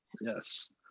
Yes